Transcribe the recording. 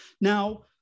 Now